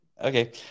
Okay